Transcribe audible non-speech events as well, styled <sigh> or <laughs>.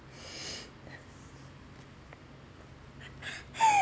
<laughs>